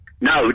No